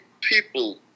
people